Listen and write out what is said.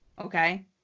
Okay